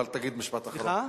אבל תגיד משפט אחרון.